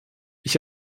ich